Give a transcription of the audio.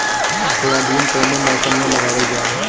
Soybean कौने मौसम में लगावल जा?